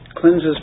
Cleanses